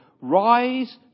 Rise